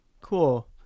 Cool